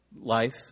life